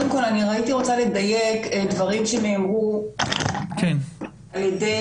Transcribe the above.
אני הייתי רוצה לדייק דברים שנאמרו על ידי